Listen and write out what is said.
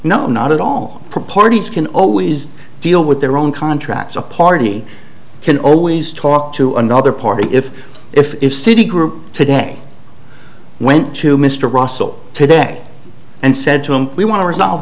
no not at all parties can always deal with their own contracts a party can always talk to another party if if citigroup today went to mr russell today and said to him we want to resolve